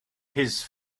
his